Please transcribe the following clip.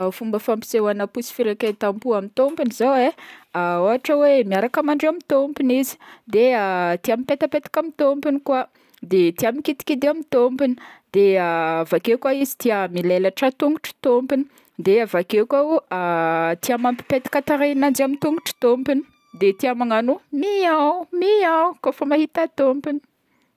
Fomba fampiseoahagna posy firaketam-po amy tômpony zao e, ohatra hoe miaraka mandry amy tômpony izy, de tia mipetapetaka amy tômpony koa, de tia mikidikidy amy tômpony, de avakeo koa izy tià milelatra tongon'ny tômpony, de avakeo koa tia mampipetaka tarehin'azy amy tongotr'i tômpony, de tia magnagno miao miao izy kaofa mahita i tômpony.